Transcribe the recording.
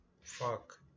Fuck